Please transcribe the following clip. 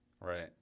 Right